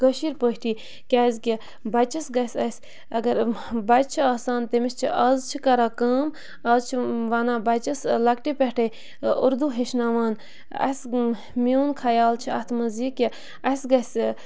کٲشِر پٲٹھی کیٛازکہِ بَچَس گَژھِ اَسہِ اگر بَچہِ چھِ آسان تٔمِس چھِ آز چھِ کَران کٲم اَز چھِ وَنان بَچَس لَکٹہِ پٮ۪ٹھَے اُردو ہیٚچھناوان اَسہِ میون خیال چھُ اَتھ منٛز یہِ کہِ اَسہِ گَژھِ